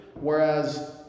Whereas